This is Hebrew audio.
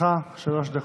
לרשותך שלוש דקות.